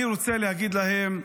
אני רוצה להגיד להם: